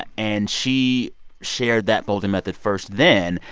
and she shared that folding method first then.